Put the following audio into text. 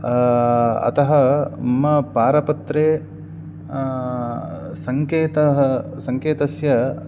अतः मम पारपत्रे सङ्केतः सङ्केतस्य